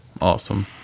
awesome